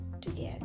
together